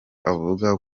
avuga